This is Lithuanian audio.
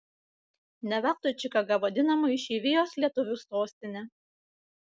ne veltui čikaga vadinama išeivijos lietuvių sostine